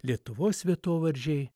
lietuvos vietovardžiai